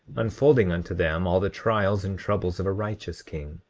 unfolding unto them all the trials and troubles of a righteous king,